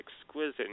exquisite